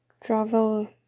travel